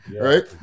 Right